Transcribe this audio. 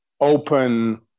open